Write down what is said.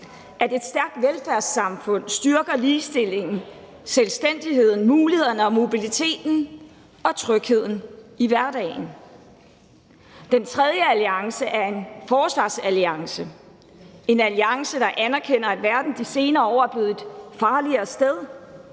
at et stærkt velfærdssamfund styrker ligestillingen, selvstændigheden, mulighederne, mobiliteten og trygheden i hverdagen. Den tredje alliance er en forsvarsalliance: en alliance, der anerkender, at verden de senere år er blevet et farligere sted,